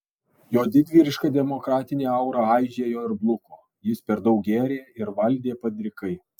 jo didvyriška demokratinė aura aižėjo ir bluko jis per daug gėrė ir valdė padrikai